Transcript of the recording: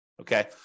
Okay